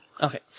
Okay